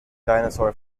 dinosaur